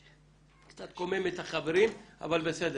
קצת קומם את החברים אבל בסדר.